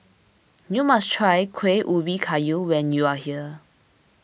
you must try Kueh Ubi Kayu when you are here